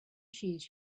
cheese